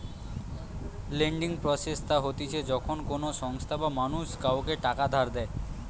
lending process তা হতিছে যখন কোনো সংস্থা বা মানুষ কাওকে টাকা ধার দেয়